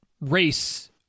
race